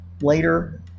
Later